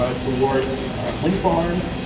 ah towards wind farms,